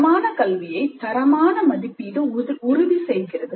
தரமான கல்வியை தரமான மதிப்பீடு உறுதி செய்கிறது